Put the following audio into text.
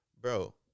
Bro